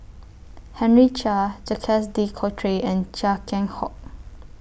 Henry Chia Jacques De Coutre and Chia Keng Hock